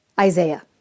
Isaiah